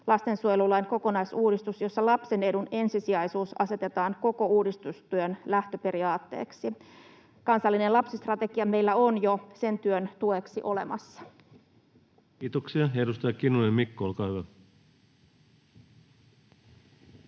lastensuojelulain kokonaisuudistus, jossa lapsen edun ensisijaisuus asetetaan koko uudistustyön lähtöperiaatteeksi. Kansallinen lapsistrategia meillä on jo sen työn tueksi olemassa. Kiitoksia. — Edustaja Kinnunen, Mikko, olkaa hyvä.